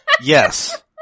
Yes